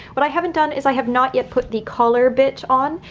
what i haven't done is i have not yet put the collar bit on.